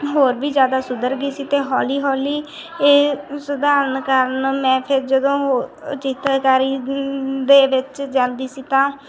ਹੋਰ ਵੀ ਜ਼ਿਆਦਾ ਸੁਧਰ ਗਈ ਸੀ ਅਤੇ ਹੌਲੀ ਹੌਲੀ ਇਹ ਸਧਾਰਨ ਕਾਰਨ ਮੈਂ ਫਿਰ ਜਦੋਂ ਚਿੱਤਰਕਾਰੀ ਦੇ ਵਿੱਚ ਜਾਂਦੀ ਸੀ ਤਾਂ